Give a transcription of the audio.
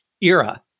era